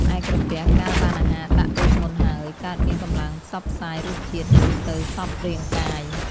ឯក្រពះកាលបានអាហារដាក់ដូចមុនហើយ កើតមានកម្លាំងផ្សព្វផ្សាយរសជាតិនោះទៅសព្វរាងកាយ ។